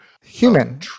human